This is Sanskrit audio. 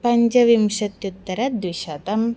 पञ्चविंशत्युत्तरद्विशतं